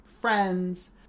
friends